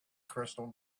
crystal